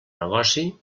negoci